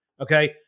Okay